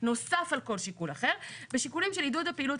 "נוסף על כל שיקול אחר בשיקולים של עידוד הפעילות